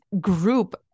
group